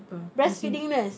apa